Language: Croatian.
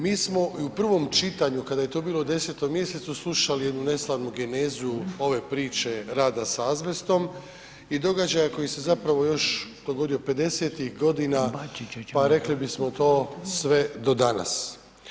Mi smo i u prvom čitanju kada je to bilo u 10. mjesecu slušali jednu neslavnu genezu ove priče rada s azbestom i događaja koji se zapravo još dogodio 50-tih godina pa rekli bismo to sve do danas.